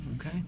Okay